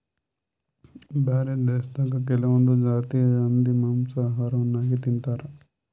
ಬ್ಯಾರೆ ದೇಶದಾಗ್ ಕೆಲವೊಂದ್ ಜಾತಿದ್ ಹಂದಿ ಮಾಂಸಾ ಆಹಾರವಾಗ್ ತಿಂತಾರ್